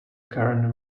current